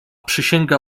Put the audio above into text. przysięga